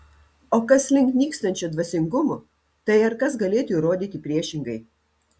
o kas link nykstančio dvasingumo tai ar kas galėtų įrodyti priešingai